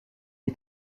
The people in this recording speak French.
est